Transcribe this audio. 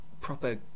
Proper